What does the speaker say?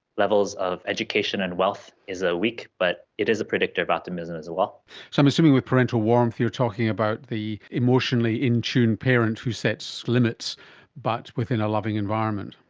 levels of education and wealth is ah weak but it is a predictor of optimism as well. so i'm assuming with parental warmth you're talking about the emotionally in-tune parent who sets limits but within a loving environment.